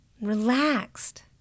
relaxed